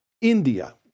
India